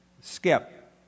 Skip